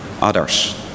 others